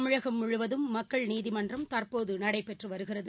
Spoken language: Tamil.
தமிழகம் முழுவதும் மக்கள் நீதிமன்றம் தற்போதுநடைபெற்றுவருகிறது